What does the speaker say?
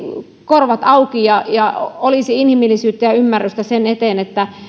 korvat auki ja ja olisi inhimillisyyttä ja ymmärrystä sen eteen että